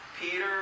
Peter